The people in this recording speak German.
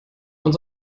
und